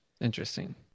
Interesting